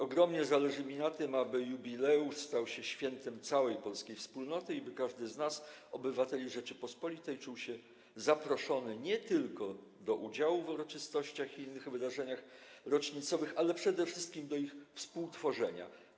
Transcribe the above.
Ogromnie zależy mi na tym, aby jubileusz stał się świętem całej polskiej wspólnoty i by każdy z nas, obywateli Rzeczypospolitej, czuł się zaproszony nie tylko do udziału w uroczystościach i innych wydarzeniach rocznicowych, ale przede wszystkim do ich współtworzenia”